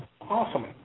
Awesome